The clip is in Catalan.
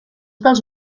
dels